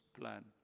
plan